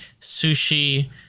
sushi